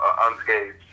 unscathed